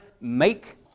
make